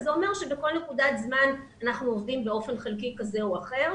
זה אומר שבכל נקודת זמן אנחנו עובדים באופן חלקי כזה או אחר.